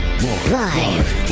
Live